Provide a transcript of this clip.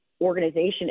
organization